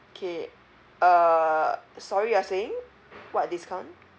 okay uh sorry you are saying what discount